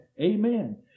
amen